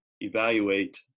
evaluate